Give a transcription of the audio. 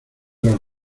los